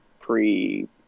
pre